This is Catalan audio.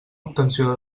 obtenció